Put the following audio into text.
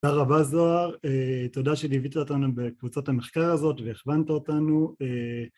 תודה רבה זוהר, תודה שליווית אותנו בקבוצת המחקר הזאת והכוונת אותנו